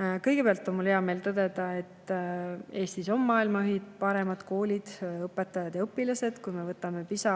Kõigepealt on mul hea meel tõdeda, et Eestis on maailma ühed paremad koolid, õpetajad ja õpilased. Kui me võtame PISA